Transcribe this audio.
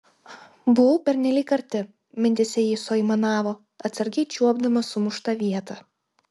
buvau pernelyg arti mintyse ji suaimanavo atsargiai čiuopdama sumuštą vietą